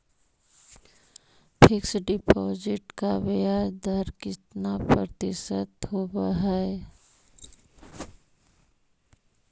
Fix deposit का ब्याज दर कितना प्रतिशत होब है?